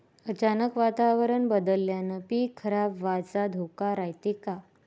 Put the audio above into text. अचानक वातावरण बदलल्यानं पीक खराब व्हाचा धोका रायते का?